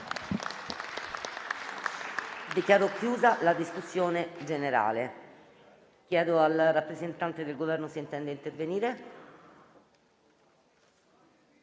Dichiaro chiusa la discussione generale. Il rappresentante del Governo non intende intervenire